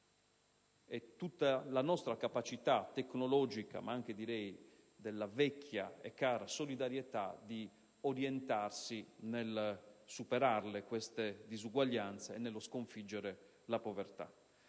e tutta la nostra capacità tecnologica ed anche, direi, della vecchia e cara solidarietà di orientarsi nel superare queste disuguaglianze e nello sconfiggere la povertà.